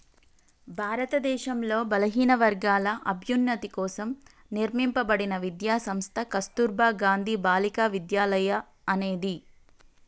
భారతదేశంలో బలహీనవర్గాల అభ్యున్నతి కోసం నిర్మింపబడిన విద్యా సంస్థ కస్తుర్బా గాంధీ బాలికా విద్యాలయ అనేది